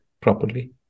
properly